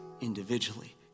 individually